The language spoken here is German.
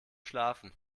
schlafen